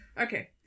Okay